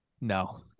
No